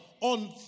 on